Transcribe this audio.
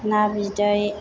ना बिदै